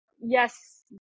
yes